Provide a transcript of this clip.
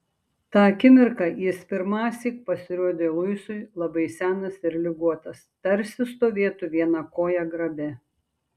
tą akimirką jis pirmąsyk pasirodė luisui labai senas ir ligotas tarsi stovėtų viena koja grabe